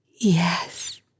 Yes